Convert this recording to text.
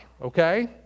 okay